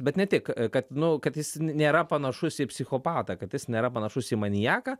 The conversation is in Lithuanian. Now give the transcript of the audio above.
bet ne tik kad nu kad jis nėra panašus į psichopatą kad jis nėra panašus į maniaką